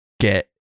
get